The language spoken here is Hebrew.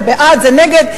זה בעד וזה נגד,